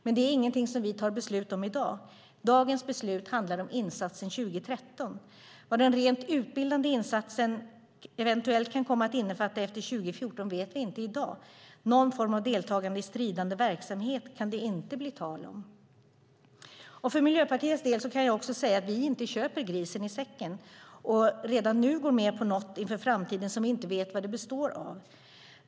Men det är ingenting som vi tar beslut om i dag. Det beslut vi fattar efter dagens debatt handlar om insatsen 2013. Vad den rent utbildande insatsen eventuellt kan komma att innefatta efter 2014 vet vi inte i dag. Någon form av deltagande i stridande verksamhet kan det inte bli tal om. För Miljöpartiets del kan jag säga att vi inte vill köpa grisen i säcken och redan nu gå med på något inför framtiden som vi inte vet vad det består av.